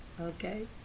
okay